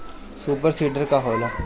Super seeder का होला?